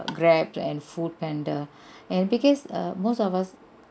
grab and foodpanda and because err most of us